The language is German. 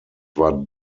war